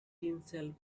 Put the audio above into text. tinsel